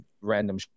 random